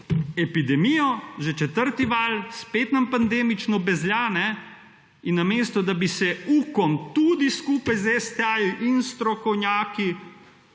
epidemijo že četrti val spet nam pandemično bezlja in namesto, da bi se UKOM tudi skupaj s STA in strokovnjaki